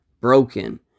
broken